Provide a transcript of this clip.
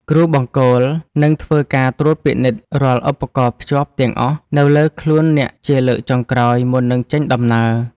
គ្រូបង្គោលនឹងធ្វើការត្រួតពិនិត្យរាល់ឧបករណ៍ភ្ជាប់ទាំងអស់នៅលើខ្លួនអ្នកជាលើកចុងក្រោយមុននឹងចេញដំណើរ។